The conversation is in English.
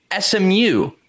SMU